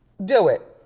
do it.